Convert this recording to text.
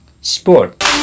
Sport